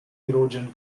erosion